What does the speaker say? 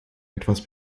etwas